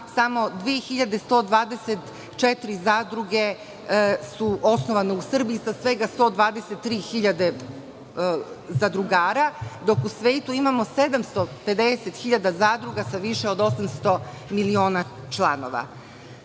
samo 2.124 zadruge su osnovane u Srbiju, a svega 123 hiljade zadrugara, dok u svetu imamo 750 hiljada zadruga sa više od 800 miliona članova. Žao